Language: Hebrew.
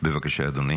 אדוני